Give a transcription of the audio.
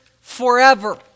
forever